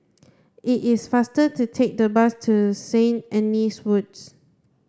it is faster to take the bus to Saint Anne's Wood